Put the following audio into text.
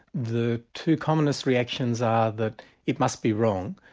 the two commonest reactions are that it must be wrong,